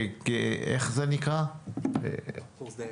קורס דיילים.